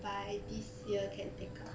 by this year can take out